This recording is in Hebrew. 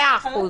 מאה אחוז.